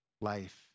life